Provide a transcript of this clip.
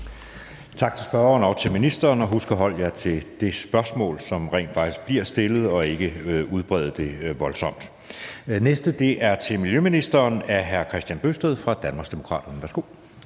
Tak til spørgeren og til ministeren, og husk at holde jer til det spørgsmål, som rent faktisk bliver stillet, og ikke udbrede det voldsomt. Det næste spørgsmål er til miljøministeren af hr. Kristian Bøgsted fra Danmarksdemokraterne. Kl.